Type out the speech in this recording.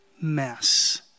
mess